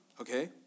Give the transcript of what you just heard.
Okay